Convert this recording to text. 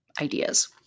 ideas